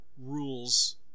rules